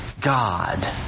God